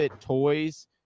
toys